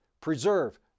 preserve